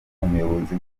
umuyobozi